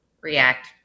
react